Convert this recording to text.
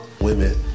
women